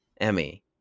Emmy